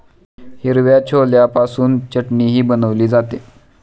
हिरव्या छोल्यापासून चटणीही बनवली जाते